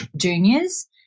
juniors